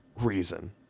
reason